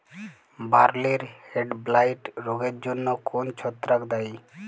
বার্লির হেডব্লাইট রোগের জন্য কোন ছত্রাক দায়ী?